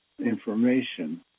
information